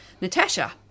Natasha